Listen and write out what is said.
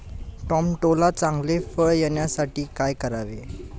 टोमॅटोला चांगले फळ येण्यासाठी काय करावे?